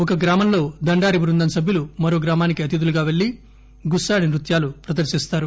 ఒక గ్రామంలో దండారి ట్వందం సభ్యులు మరో గ్రామానికి అతిథులుగా పెళ్లి గుస్పాడి న్ఫత్యాలు ప్రదర్నిస్తారు